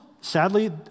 sadly